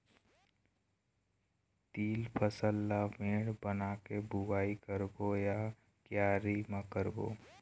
तील फसल ला मेड़ बना के बुआई करबो या क्यारी म करबो?